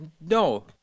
no